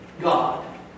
God